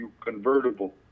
convertible